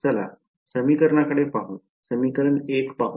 चला समीकरणाकडे पाहू समीकरण 1 पाहू